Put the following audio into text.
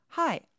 Hi